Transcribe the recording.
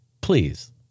Please